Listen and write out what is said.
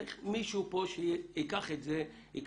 צריך כאן שמישהו ייקח את זה.